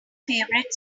favorite